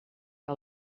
que